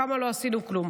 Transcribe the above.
כמה לא עשינו כלום.